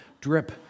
drip